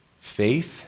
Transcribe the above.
Faith